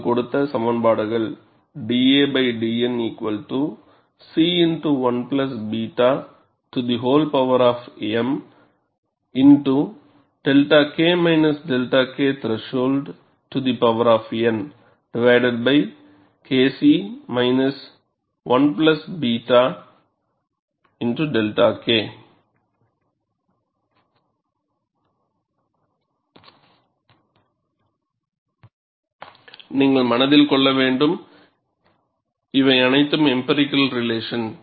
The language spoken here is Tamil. அவர்கள் கொடுத்த சமன்பாடுகள் dadN〖C1β〗m〖δK δk th〗nK c 1βδK நீங்கள் மனதில் கொள்ள வேண்டும் இவை அனைத்தும் எம்பிரிக்கல் ரிலேஷன்